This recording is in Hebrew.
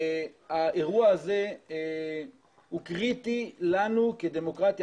האירוע הזה הוא קריטי לנו כדמוקרטיה.